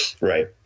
right